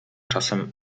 czasem